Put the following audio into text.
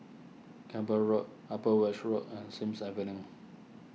Camborne Road Upper Weld Road and Sims Avenue